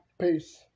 peace